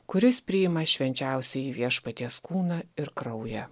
kuris priima švenčiausiąjį viešpaties kūną ir kraują